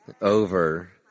over